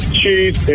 cheese